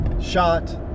shot